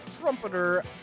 Trumpeter